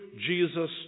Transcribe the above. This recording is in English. jesus